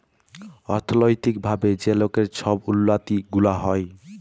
অথ্থলৈতিক ভাবে যে লকের ছব উল্লতি গুলা হ্যয়